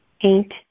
paint